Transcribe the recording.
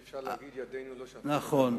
אי-אפשר להגיד: ידינו לא שפכו, נכון.